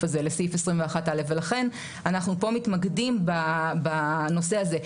21(א) ולכן אנחנו פה מתמקדים בנושא הזה.